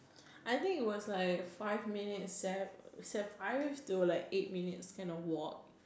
I think it was like five minutes sev~ it's a five to like eight minutes kind of walk